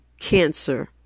cancer